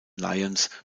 lions